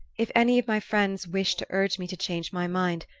if any of my friends wish to urge me to change my mind,